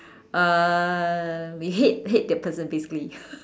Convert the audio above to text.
uh we hate hate that person basically